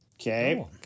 Okay